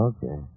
Okay